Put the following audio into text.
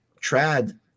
trad